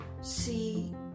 see